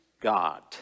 God